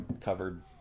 covered